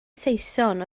saeson